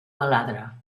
baladre